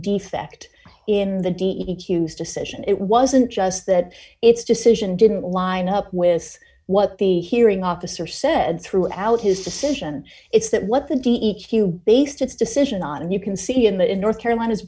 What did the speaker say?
defect in the de excuse decision it wasn't just that its decision didn't line up with what the hearing officer said throughout his decision it's that what the d e q based its decision on and you can see in the in north carolina's